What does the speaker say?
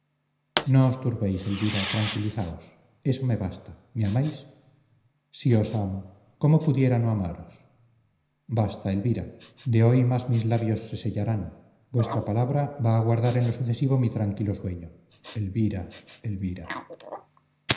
os turbéis elvira tranquilizaos eso me basta me amáis si os amo cómo pudiera no amaros basta elvira de hoy mas mis labios se sellarán vuestra palabra va a guardar en lo sucesivo mi tranquilo sueño elvira elvira